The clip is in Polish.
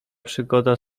przygoda